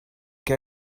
que